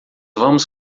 vamos